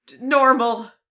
Normal